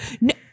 No